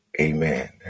Amen